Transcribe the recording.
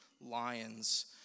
lions